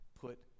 put